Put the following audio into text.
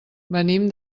venim